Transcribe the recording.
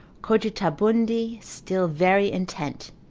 cogitabundi still, very intent,